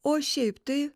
o šiaip tai